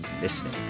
listening